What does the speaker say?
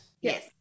Yes